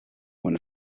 when